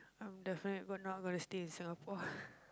um definitely we're not gonna stay in Singapore